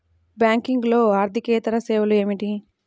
బ్యాంకింగ్లో అర్దికేతర సేవలు ఏమిటీ?